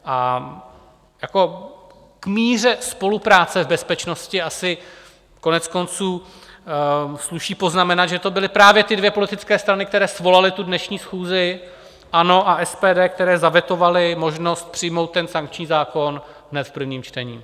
K míře spolupráce v bezpečnosti asi koneckonců sluší poznamenat, že to byly právě ty dvě politické strany, které svolaly tu dnešní schůzi, ANO a SPD, které zavetovaly možnost přijmout ten sankční zákon hned v prvním čtení.